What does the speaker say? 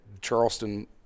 Charleston